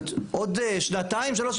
ועוד שנתיים שלוש,